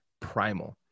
primal